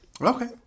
Okay